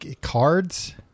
cards